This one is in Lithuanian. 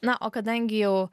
na o kadangi jau